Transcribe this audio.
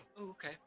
Okay